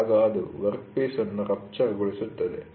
ಆಗ ಅದು ವರ್ಕ್ಪೀಸ್ ಅನ್ನು ರಪ್ಚರ್'ಗೊಳಿಸುತ್ತದೆ